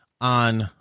on